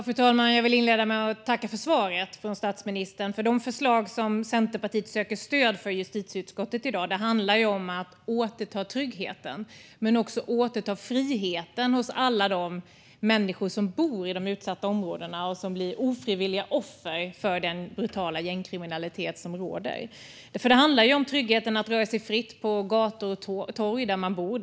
Fru talman! Jag vill inleda med att tacka för svaret från statsministern. De förslag som Centerpartiet söker stöd för i justitieutskottet i dag handlar om att återta tryggheten och friheten för alla de människor som bor i de utsatta områdena och som blir ofrivilliga offer för den brutala gängkriminalitet som råder. Det handlar om tryggheten att röra sig fritt på gator och torg där man bor.